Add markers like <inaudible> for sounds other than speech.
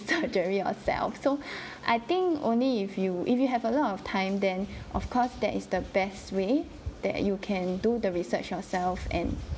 <laughs> surgery yourselves so I think only if you if you have a lot of time then of course that is the best way that you can do the research yourself and